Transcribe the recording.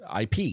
ip